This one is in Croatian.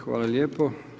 Hvala lijepo.